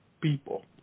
people